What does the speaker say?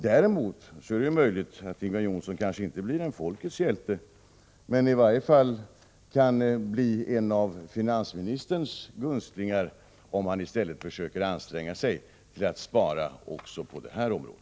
Däremot är det möjligt att Ingvar Johnsson kanske inte blir en folkets hjälte men i varje fall en av finansministerns gunstlingar, om han i stället anstränger sig för att spara också på detta område.